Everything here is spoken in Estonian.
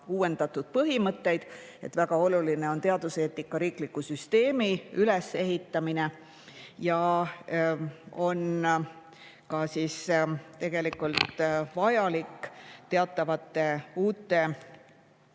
uuendatud põhimõtteid, et väga oluline on teaduseetika riikliku süsteemi ülesehitamine ja on ka tegelikult vajalik teatavatele